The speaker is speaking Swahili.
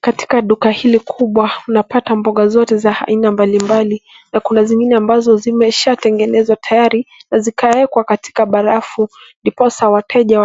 Katika duka hili kubwa tunapata mboga zote za aina mbali mbali, na kuna zingine ambazo zimeshatengenezwa tayari na zikaekwa katika barafu, ndiposa wateja